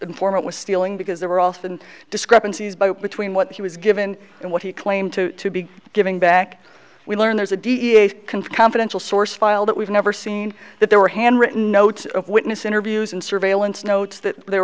informant was stealing because there were often discrepancies between what he was given and what he claimed to be giving back we learned there's a da confidential source file that we've never seen that there were handwritten notes of witness interviews and surveillance notes that they